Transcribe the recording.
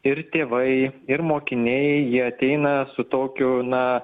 ir tėvai ir mokiniai jie ateina su tokiu na